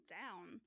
down